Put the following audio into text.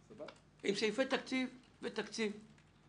עם סעיפי תקציב ותקציב.